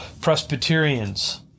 Presbyterians